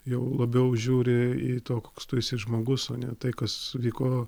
jau labiau žiūri į to koks tu esi žmogus o ne tai kas vyko